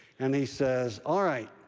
and he says, all right,